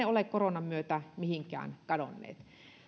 ole koronan myötä mihinkään kadonneet